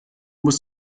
musst